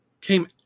came